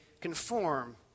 conform